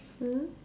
mm